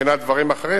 ומבחינת דברים אחרים.